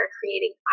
creating